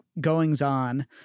goings-on